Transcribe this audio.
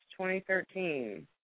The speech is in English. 2013